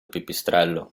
pipistrello